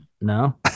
No